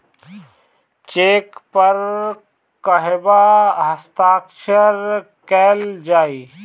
Check पर कहवा हस्ताक्षर कैल जाइ?